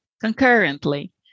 concurrently